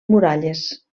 muralles